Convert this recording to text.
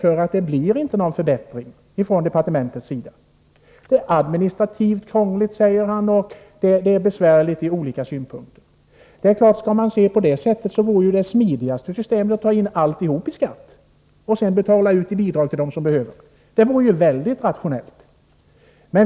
Det kanske inte kommer något förslag till en förbättring från departementets sida. Socialministern talar om administrativt krångel. Han säger att det är besvärligt från olika synpunkter sett. Men det är klart att om man skall se på det sättet, vore det allra smidigast att ta in alltihop i skatt. Sedan får man betala ut bidrag till dem som behöver hjälp. Det skulle vara mycket rationellt.